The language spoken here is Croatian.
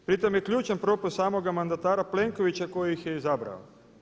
Pri tome je ključan propust samoga mandata Plenkovića koji ih je izabrao.